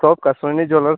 shop का Soni jewellers